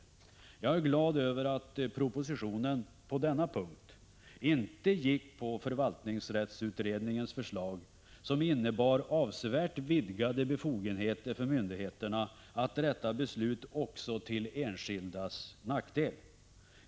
Jag är glad över att propositionen på denna punkt inte gick på förvaltningsrättsutredningens förslag, som innebar avsevärt vidgade befogenheter för myndigheterna att rätta beslut också till enskildas nackdel.